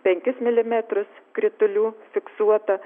penkis milimetrus kritulių fiksuota